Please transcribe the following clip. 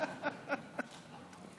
אנחנו רוצים להמשיך בסדר-היום.